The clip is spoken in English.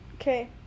okay